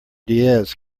diaz